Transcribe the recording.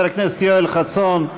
חבר הכנסת יואל חסון,